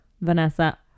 Vanessa